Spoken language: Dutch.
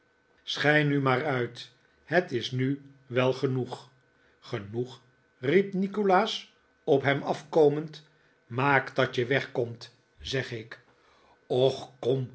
schei nu maar uit het is nu wel genoeg genoeg riep nikolaas op hem afkojnend maak dat ge weg komt zeg ik och